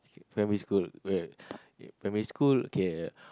primary school wait primary school okay